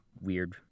weird